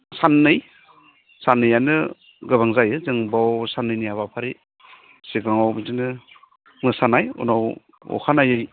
साननै साननैआनो गोबां जायो जों बाव साननैनि हाबाफारि सिगाङाव बिदिनो मोसानाय उनाव अखानायै